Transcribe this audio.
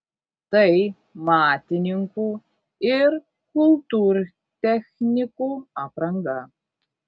tai matininkų ir kultūrtechnikų apranga